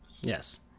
yes